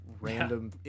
random